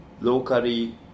locally